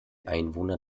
einwohner